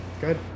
Good